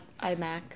iMac